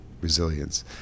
resilience